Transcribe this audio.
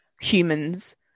humans